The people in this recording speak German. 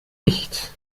nicht